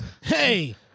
Hey